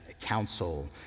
council